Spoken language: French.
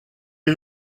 est